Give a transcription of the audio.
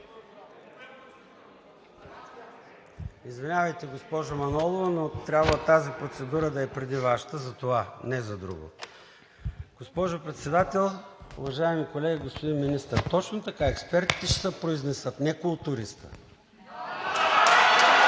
Извинявайте, госпожо Манолова, но трябва тази процедура да е преди Вашата – затова, не за друго. Госпожо Председател, уважаеми колеги! Господин Министър, точно така, експертите ще се произнесат, не културистът.